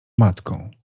matką